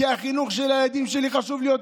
מה קרה